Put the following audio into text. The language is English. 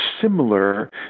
similar